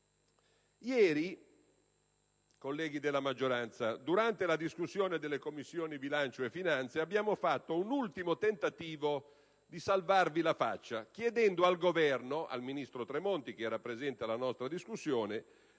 Ieri, colleghi della maggioranza, durante la discussione nelle Commissioni bilancio e finanze riunite abbiamo fatto un ultimo tentativo di salvarvi la faccia, chiedendo al ministro Tremonti, che era presente alla nostra discussione,